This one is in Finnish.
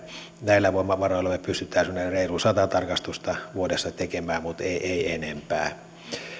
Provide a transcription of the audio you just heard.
näillä voimavaroilla pystymme semmoiset reilu sata tarkastusta vuodessa tekemään mutta emme enempää